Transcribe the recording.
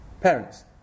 parents